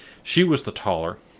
she was the taller,